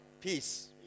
peace